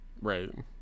Right